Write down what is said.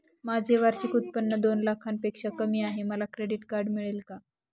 माझे वार्षिक उत्त्पन्न दोन लाखांपेक्षा कमी आहे, मला क्रेडिट कार्ड मिळेल का?